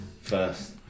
first